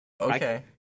Okay